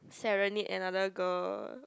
serenade another girl